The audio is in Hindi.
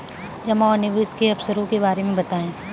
जमा और निवेश के अवसरों के बारे में बताएँ?